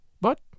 but